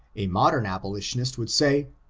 a modem abolitionist would say,